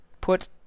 put